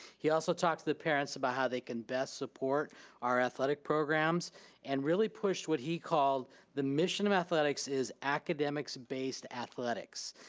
he also talked to the parents about how they can best support our athletic programs and really pushed what he called the mission of athletics is academics based athletics.